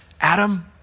Adam